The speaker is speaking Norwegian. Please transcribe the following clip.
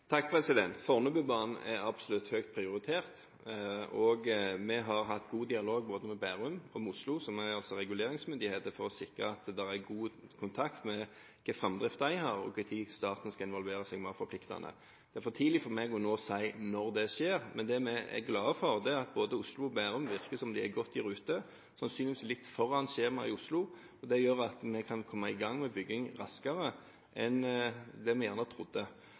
Fornebubanen er absolutt høyt prioritert, og vi har hatt god dialog med både Bærum og Oslo, som altså er reguleringsmyndigheter, for å sikre at det er god kontakt med hensyn til hvordan framdriften er, og når staten skal involvere seg mer forpliktende. Det er for tidlig for meg nå å si når det skjer, men det vi er glad for, er at både Oslo og Bærum virker som de er godt i rute – sannsynligvis litt foran skjema i Oslo – og det gjør at vi kan komme i gang med bygging raskere enn det vi trodde. Det er også viktig at det